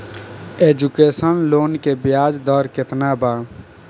Education loan के ब्याज दर केतना बा?